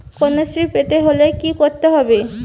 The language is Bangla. কন্যাশ্রী পেতে হলে কি করতে হবে?